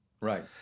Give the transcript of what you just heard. Right